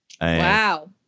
Wow